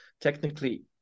technically